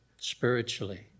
spiritually